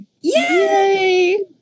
Yay